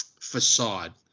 facade